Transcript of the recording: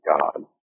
God